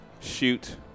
shoot